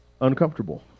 uncomfortable